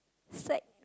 beside